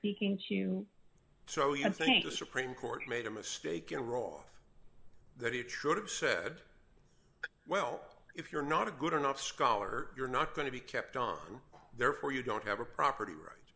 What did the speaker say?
speaking to so you think the supreme court made a mistake in a role that he should have said well if you're not a good enough scholar you're not going to be kept on therefore you don't have a property right